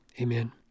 Amen